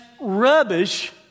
Rubbish